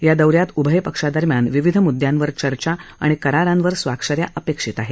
या दौ यात उभय पक्षांदरम्यान विविध मुद्द्यांवर चर्चा आणि करारांवर स्वाक्षऱ्या अपेक्षित आहेत